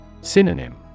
Synonym